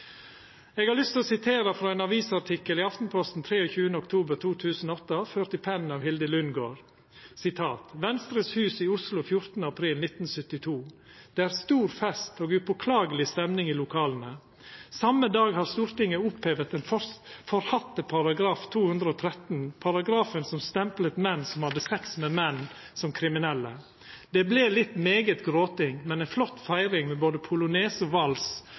har lyst til å sitera frå ein avisartikkel i Aftenposten 23. oktober 2008 ført i pennen av Hilde Lundgaard: «Venstres Hus i Oslo 14. april 1972: Det er stor fest og upåklagelig stemning i lokalene. Samme dag har Stortinget opphevet den forhatte paragraf 213, paragrafen som stemplet menn som hadde sex med menn som kriminelle. - Det ble litt meget gråting. Men en flott feiring med både polonese og vals,